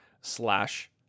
slash